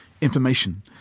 information